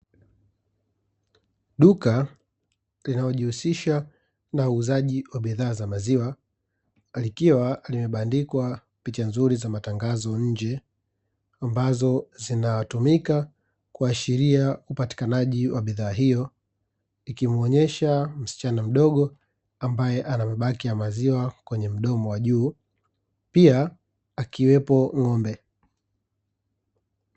Duka linalojihusisha na uuzaji wa bidhaa za maziwa, likiwa limebandikwa picha nzuri za matangazo nje, ambazo zinatumika kuashiria upatikanaji wa bidhaa hiyo, ikimwonyesha msachana mdogo, ambaye ana mabaki ya maziwa kwenye mdomo wa juu, pia akiwepo ng'ombe.